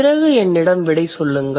பிறகு என்னிடம் விடை சொல்லுங்கள்